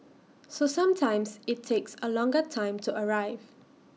so sometimes IT takes A longer time to arrive